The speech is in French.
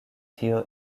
hill